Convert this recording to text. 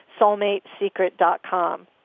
soulmatesecret.com